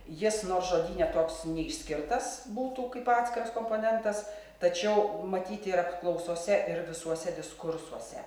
jis nors žodyne toks neišskirtas būtų kaip atskiras komponentas tačiau matyti ir apklausose ir visuose diskursuose